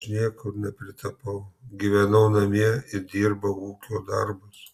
aš niekur nepritapau gyvenau namie ir dirbau ūkio darbus